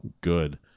good